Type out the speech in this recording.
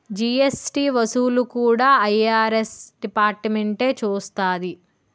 GST వసూళ్లు కూడా IRS డిపార్ట్మెంటే చూస్తాది